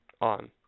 on